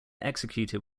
executed